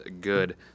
good